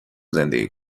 زندگی